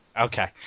Okay